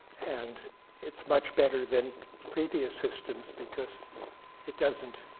and it's much better than previous systems. because it doesn't